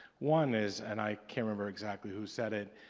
one is and i can't remember exactly who said it,